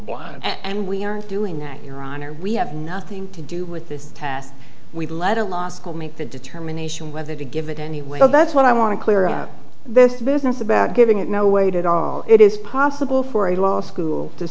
blind and we aren't doing that your honor we have nothing to do with this test we let a law school make the determination whether to give it any well that's what i want to clear up this business about giving it no wait at all it is possible for a law school to